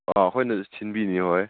ꯑꯥ ꯑꯩꯈꯣꯏꯅ ꯁꯤꯟꯕꯤꯅꯤ ꯍꯣꯏ